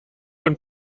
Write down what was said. und